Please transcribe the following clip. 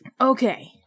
okay